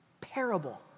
Parable